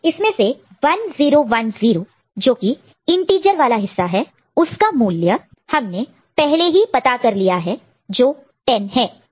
इसमें से 1010 जोकि इंटीजर वाला हिस्सा है उसका मूल्य हमने पहले ही पता कर लिया है जो 10 है